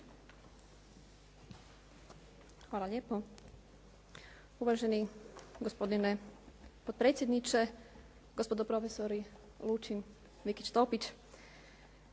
Hvala lijepo, uvaženi gospodine potpredsjedniče. Gospodo profesori Lučin, … /Govornica